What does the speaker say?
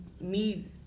need